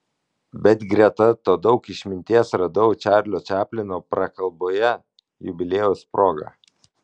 bet greta to daug išminties radau čarlio čaplino prakalboje jubiliejaus proga